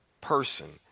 person